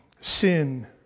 sin